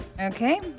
Okay